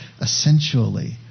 essentially